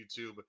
YouTube